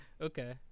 Okay